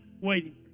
waiting